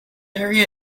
area